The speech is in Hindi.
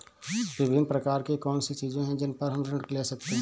विभिन्न प्रकार की कौन सी चीजें हैं जिन पर हम ऋण ले सकते हैं?